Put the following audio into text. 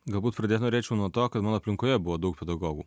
galbūt pradėt norėčiau nuo to kad mano aplinkoje buvo daug pedagogų